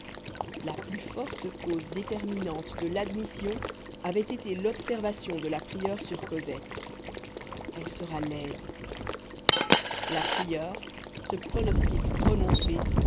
la plus forte cause déterminante de l'admission avait été l'observation de la prieure sur cosette elle sera laide la prieure ce pronostic prononcé